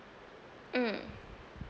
mm